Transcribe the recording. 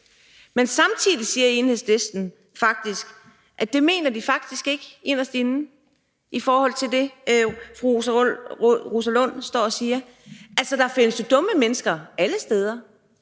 Men samtidig siger Enhedslisten, at det mener de faktisk ikke inderst inde – i forhold til det, fru Rosa Lund står og siger. Altså, der findes jo dumme mennesker alle steder;